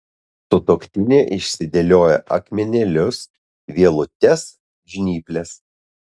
sutuoktinė išsidėlioja akmenėlius vielutes žnyples